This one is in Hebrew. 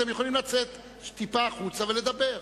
אתם יכולים לצאת החוצה ולדבר.